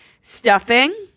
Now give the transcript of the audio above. stuffing